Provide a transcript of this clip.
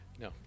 no